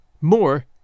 More